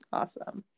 awesome